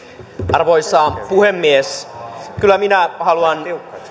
arvoisa puhemies kyllä myös minä haluan